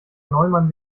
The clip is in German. neumann